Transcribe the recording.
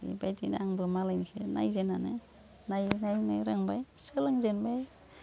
बेबायदिनो आंबो मालायनिखौ नायजेन्नानो नायै नायैनो रोंबाय सोलोंजेनबाय